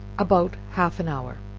about half an hour.